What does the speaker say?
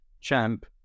champ